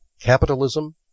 capitalism